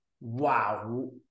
wow